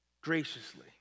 graciously